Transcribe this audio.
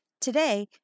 Today